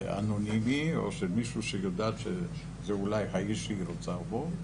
אנונימי או של מישהו שהיא יודעת שאולי זה האיש שהיא רוצה בו,